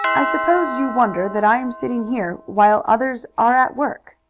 i suppose you wonder that i am sitting here while others are at work.